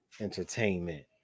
entertainment